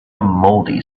mouldy